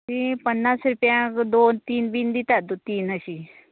ती पन्नास रुपयांक दोन तीन बी दितात दो तीन अशी